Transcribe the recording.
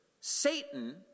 Satan